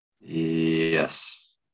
Yes